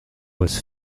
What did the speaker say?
was